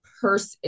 person